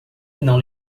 não